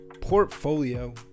portfolio